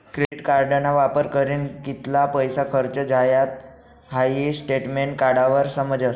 credit कार्डना वापर करीन कित्ला पैसा खर्च झायात हाई स्टेटमेंट काढावर समजस